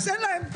אז אין להם.